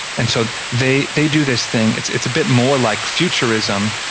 and so they they do this thing, it's it's a bit more like futurism,